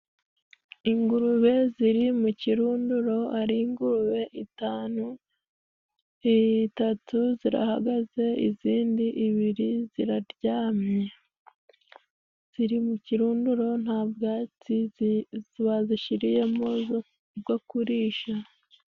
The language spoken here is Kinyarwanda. Ingurube ziri mu kirunduro ari ingurube itanu .Itatu zirahagaze, izindi ibiri ziraryamye ziri mu kirunduro nta bwatsi bazishiriyemo bwo kurisha.